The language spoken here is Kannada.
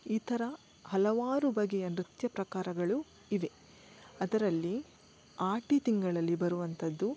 ಈ ಥರ ಹಲವಾರು ಬಗೆಯ ನೃತ್ಯ ಪ್ರಕಾರಗಳು ಇವೆ ಅದರಲ್ಲಿ ಆಟಿ ತಿಂಗಳಲ್ಲಿ ಬರುವಂತದ್ದು